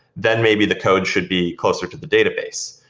then maybe the code should be closer to the database.